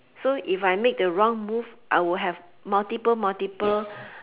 so if I make the wrong move I will have multiple multiple